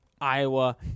Iowa